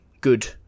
Good